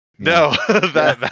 No